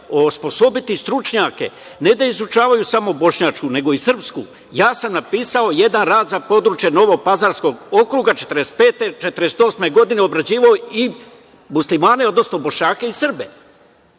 osposobiti stručnjake ne da izučavaju samo bošnjačku, nego i srpsku. Ja sam napisao jedan rad za područje novopazarskog okruga 1945 – 1948. godine, obrađivao i Muslimane, odnosno Bošnjake i Srbe